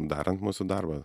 darant mūsų darbą